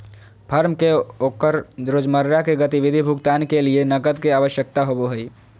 firm के ओकर रोजमर्रा के गतिविधि भुगतान के लिये नकद के आवश्यकता होबो हइ